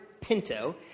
Pinto